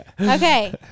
Okay